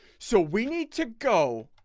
so we need to go